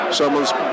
someone's